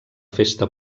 festa